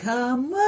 Come